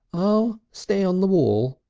i'll stay on the wall,